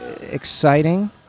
exciting